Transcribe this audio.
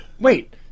Wait